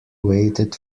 waited